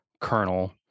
Colonel